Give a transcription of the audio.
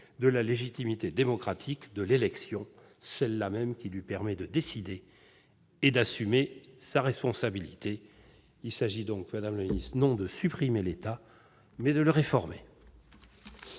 de la légitimité démocratique de l'élection, celle-là même qui lui permet de décider et d'assumer en responsabilité. Il s'agit donc, madame la ministre, non de supprimer l'ENA, mais de la réformer.